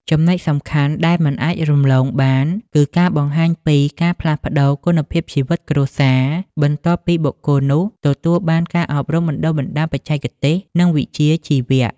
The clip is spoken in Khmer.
ចំណុចសំខាន់ដែលមិនអាចរំលងបាន គឺការបង្ហាញពី «ការផ្លាស់ប្តូរគុណភាពជីវិតគ្រួសារ» បន្ទាប់ពីបុគ្គលនោះទទួលបានការអប់រំបណ្ដុះបណ្ដាលបច្ចេកទេស និងវិជ្ជាជីវៈ។